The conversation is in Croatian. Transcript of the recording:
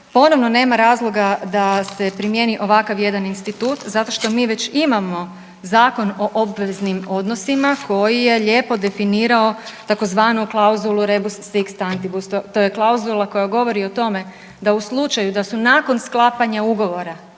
ponovno nema razloga da se primijeni ovakav jedan institut zato što mi već imamo Zakon o obveznim odnosima koji je lijepo definirao tzv. klauzulu rebus sic stantibus, to je klauzula koja govori o tome da u slučaju da su nakon sklapanja ugovora.